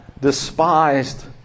despised